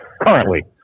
Currently